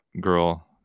girl